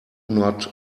not